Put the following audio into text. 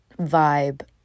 vibe